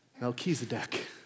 Melchizedek